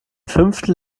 fünftel